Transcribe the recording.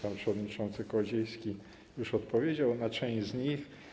Pan przewodniczący Kołodziejski już odpowiedział na część z nich.